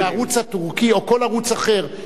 שהערוץ הטורקי או כל ערוץ אחר,